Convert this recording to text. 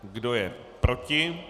Kdo je proti?